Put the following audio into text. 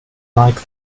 like